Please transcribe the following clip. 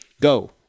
Go